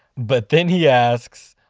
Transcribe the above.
but then he asks,